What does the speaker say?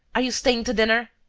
are you staying to dinner?